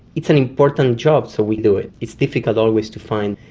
it's an important job, so we do it. it's difficult always to find,